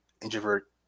introvert